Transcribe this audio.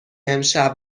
امشب